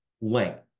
length